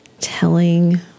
telling